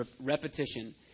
repetition